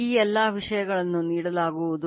ಈ ಎಲ್ಲ ವಿಷಯಗಳನ್ನು ನೀಡಲಾಗುವುದು